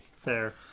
Fair